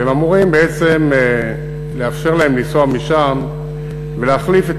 והם אמורים בעצם לאפשר להם לנסוע משם ולהחליף את